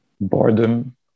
Boredom